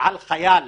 על חייל